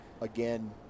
again